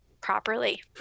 properly